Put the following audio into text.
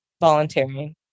volunteering